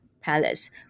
palace